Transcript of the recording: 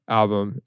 album